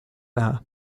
näha